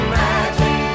magic